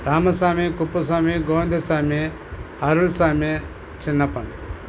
Ramasamy Kuppusamy Govindasamy Arulsamy Chinnappan